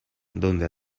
donde